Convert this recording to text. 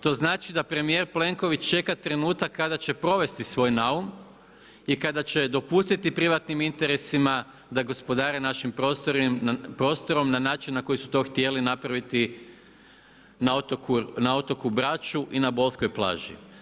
To znači da premijer Plenković čeka trenutak kada će provesti svoj naum i kada će dopustiti privatnim interesima da gospodare našim prostorom na način na koji su to htjeli napraviti na otoku Braču i na bolskoj plaži.